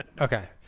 Okay